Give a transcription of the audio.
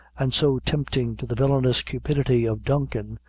and so tempting to the villainous cupidity of duncan,